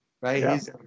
right